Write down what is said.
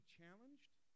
challenged